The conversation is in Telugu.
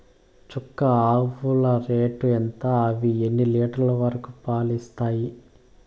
చుక్క ఆవుల రేటు ఎంత? అవి ఎన్ని లీటర్లు వరకు పాలు ఇస్తాయి?